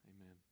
amen